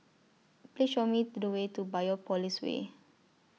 Please Show Me The Way to Biopolis Way